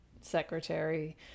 secretary